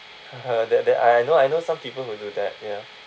that that I know I know some people who do that ya